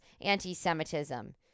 anti-Semitism